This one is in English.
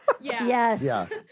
Yes